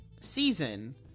season